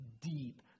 deep